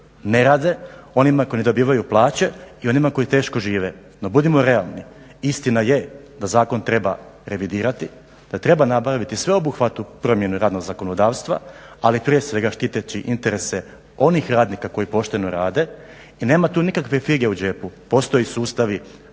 ne rade, onima koji ne dobivaju plaće i onima koji teško žive. No budimo realni, istina je da zakon treba revidirati, da treba napraviti sveobuhvatnu promjenu radnog zakonodavstva ali prije svega štiteći interese onih radnika koji pošteno rade i nema tu nikakve fige u džepu. Postoje sustavi